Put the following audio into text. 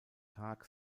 tag